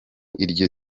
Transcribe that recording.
iryo